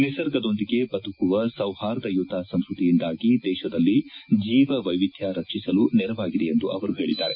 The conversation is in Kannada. ನಿಸರ್ಗದೊಂದಿಗೆ ಬದುಕುವ ಸೌಹಾರ್ದಯುತ ಸಂಸ್ಕೃತಿಯಿಂದಾಗಿ ದೇಶದಲ್ಲಿ ಜೀವ ವೈವಿಧ್ಯ ರಕ್ಷಿಸಲು ನೆರವಾಗಿದೆ ಎಂದು ಅವರು ಹೇಳದ್ದಾರೆ